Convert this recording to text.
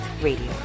Radio